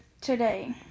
today